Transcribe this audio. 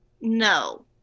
No